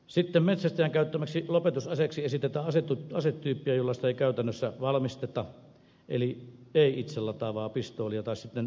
sitten metsästäjän käyttämäksi lopetusaseeksi esitetään asetyyppiä jollaista ei käytännössä valmisteta eli ei itselataavaa pistoolia tai revolveria